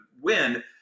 win